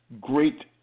great